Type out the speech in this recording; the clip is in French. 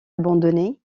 abandonné